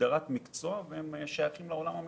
הגדרת "מקצוע" ושייכים לעולם המינהלתי.